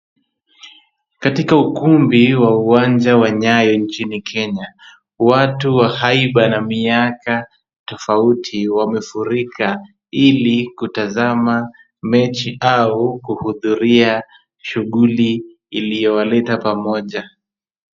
Katika ukumbi wa uwanja wa Nyayo nchini Kenya, watu wa haiba na miaka tofauti wamefurika ili kutazama mechi au kuhudhuria shughuli iliyowaleta pamoja.